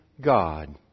God